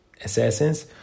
assassins